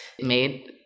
made